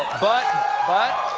but but,